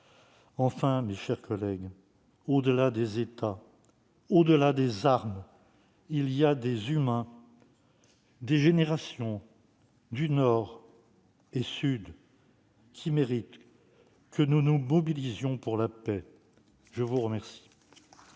Enfin, mes chers collègues, au-delà des États et des armes, il y a des êtres humains, des générations au Nord et au Sud qui méritent que nous nous mobilisions pour la paix. La parole